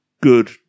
good